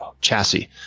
chassis